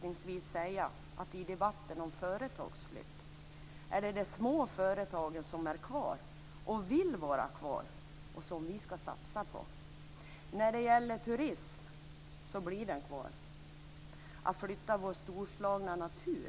I debatten om företagsflytt är det de små företagen som är kvar och vill vara kvar. Dem skall vi satsa på. Turismen blir kvar. Det är i princip omöjligt att flytta vår storslagna natur.